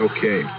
Okay